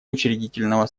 учредительного